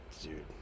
dude